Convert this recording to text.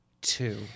two